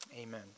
amen